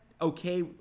okay